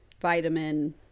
vitamin